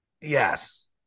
Yes